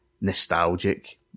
nostalgic